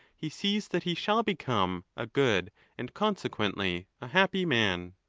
he sees that he shall become a good and consequently a happy man.